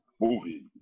movie